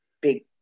big